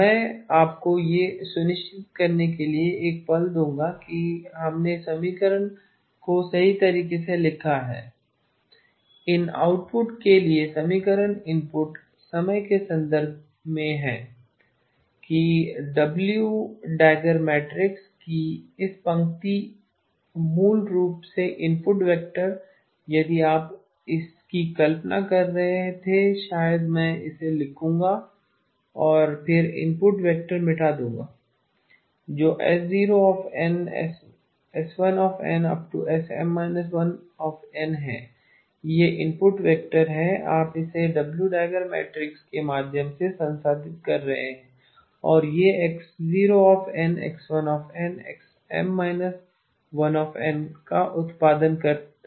मैं आपको यह सुनिश्चित करने के लिए एक पल दूंगा कि हमने समीकरण को सही तरीके से लिखा है इन आउटपुट के लिए समीकरण इनपुट समय के संदर्भ में है कि डब्ल्यू डैगर मैट्रिक्स की इसी पंक्ति मूल रूप से इनपुट वेक्टर यदि आप इसकी कल्पना कर रहे थे शायद मैं इसे लिखूंगा और फिर इनपुट वेक्टर मिटा दूंगा जोS0n S1n SM−1n है वह इनपुट वेक्टर है आप इसे W† मैट्रिक्स के माध्यम से संसाधित कर रहे हैं और यह X0n X1n XM−1n का उत्पादन करता है